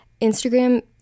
Instagram